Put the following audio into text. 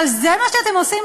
אבל זה מה שאתם עושים,